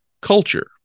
culture